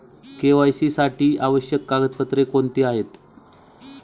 KYC साठी आवश्यक कागदपत्रे कोणती आहेत?